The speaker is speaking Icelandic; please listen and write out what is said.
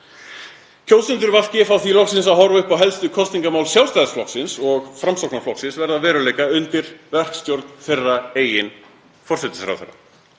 Kjósendur VG fá því loksins að horfa upp á helstu kosningamál Sjálfstæðisflokksins og Framsóknarflokksins verða að veruleika undir verkstjórn þeirra eigin forsætisráðherra.